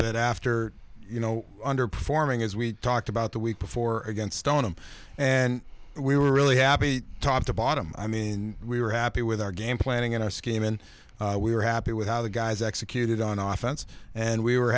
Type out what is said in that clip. bit after you know underperforming as we talked about the week before against stoneham and we were really happy top to bottom i mean we were happy with our game planning and our scheme and we were happy with how the guys executed on office and we were